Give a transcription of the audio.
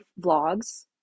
vlogs